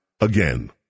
again